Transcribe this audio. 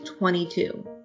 22